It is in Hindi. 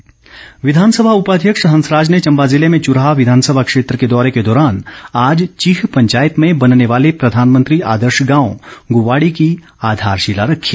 हंसराज विधानसभा उपाध्यक्ष हंसराज ने चम्बा जिले में चुराह विधानसभा क्षेत्र के दौरे के दौरान आज चीह पंचायत में बनने वाले प्रधानमंत्री आदर्श गांव गुवाड़ी की आधोरशिला रखी